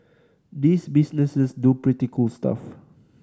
these businesses do pretty cool stuff